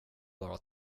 bara